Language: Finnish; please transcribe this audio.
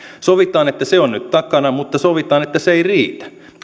sovitaan että se on nyt takana mutta sovitaan että se ei riitä